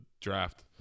draft